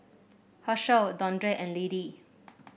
Hershell Dondre and Liddie